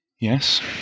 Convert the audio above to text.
Yes